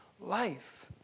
life